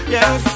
Yes